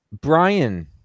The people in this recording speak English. Brian